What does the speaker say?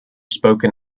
spoken